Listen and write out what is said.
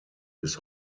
bis